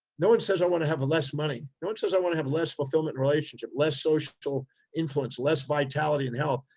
no one says i want to have a less money. no one says i want to have less fulfillment in relationship, less social influence, less vitality and health,